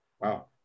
Wow